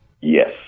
Yes